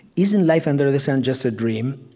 isn't life under the sun just a dream?